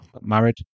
married